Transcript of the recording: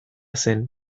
zen